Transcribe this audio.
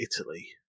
Italy